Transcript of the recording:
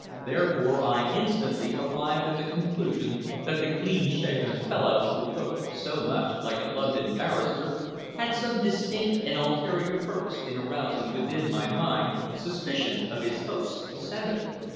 therefore i instantly arrived at the conclusion that the clean-shaven fellow who looked so much like a london barrister had some distinct and ulterior purpose in arousing within my mind suspicion of his host's sanity.